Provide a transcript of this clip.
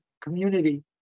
community